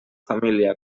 família